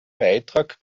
beitrag